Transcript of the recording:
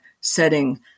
setting